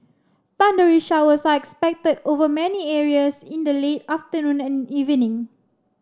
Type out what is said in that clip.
thundery showers are expected over many areas in the late afternoon and evening